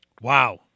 Wow